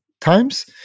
times